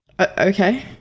Okay